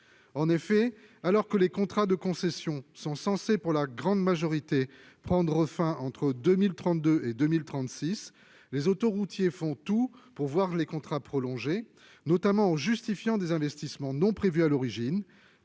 En effet, alors que les contrats de concession sont censés pour la grande majorité prendre fin entre 2032 et 2036, les autoroutiers font tout pour voir les contrats prolongés, notamment en invoquant des investissements non prévus à l'origine,